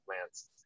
plants